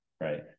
right